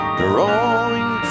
drawing